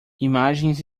imagens